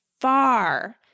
far